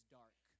dark